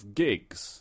gigs